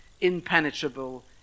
impenetrable